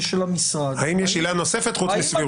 של המשרד --- האם יש עילה נוספת חוץ מסבירות.